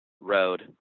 road